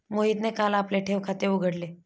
मोहितने काल आपले ठेव खाते उघडले